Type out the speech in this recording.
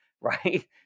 right